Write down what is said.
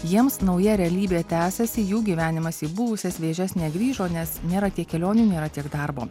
jiems nauja realybė tęsiasi jų gyvenimas į buvusias vėžes negrįžo nes nėra tiek kelionių nėra tiek darbo